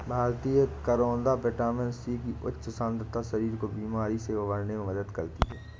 भारतीय करौदा vitamin C की उच्च सांद्रता शरीर को बीमारी से उबरने में मदद करती है